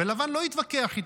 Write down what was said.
ולבן לא התווכח אתו,